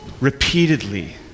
repeatedly